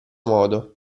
modo